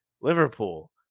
Liverpool